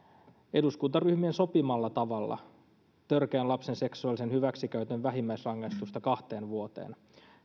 eduskuntaryhmien sopimalla tavalla törkeän lapsen seksuaalisen hyväksikäytön vähimmäisrangaistusta kahteen vuoteen